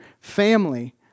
family